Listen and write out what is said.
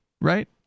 right